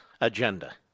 agenda